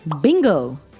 Bingo